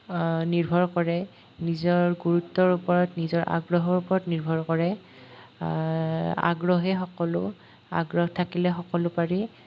নিৰ্ভৰ কৰে নিজৰ গুৰুত্বৰ ওপৰত নিজৰ আগ্ৰহৰ ওপৰত নিৰ্ভৰ কৰে আগ্ৰহেই সকলো আগ্ৰহ থাকিলে সকলো পাৰি